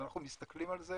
אנחנו מסתכלים על זה